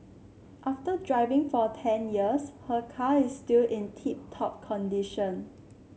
after driving for ten years her car is still in tip top condition